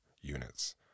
units